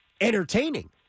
entertaining